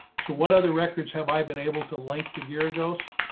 so what other records have i been able to link to gear ghosts.